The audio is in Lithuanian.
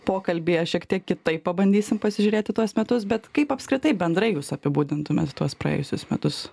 pokalbyje šiek tiek kitaip pabandysim pasižiūrėt į tuos metus bet kaip apskritai bendrai jūs apibūdintumėt tuos praėjusius metus